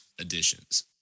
editions